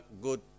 good